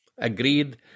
agreed